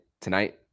tonight